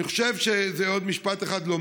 עוד משפט אחד אני